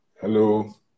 Hello